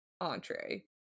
entree